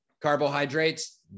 Carbohydrates